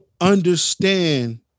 understand